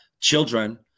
children